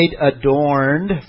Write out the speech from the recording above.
adorned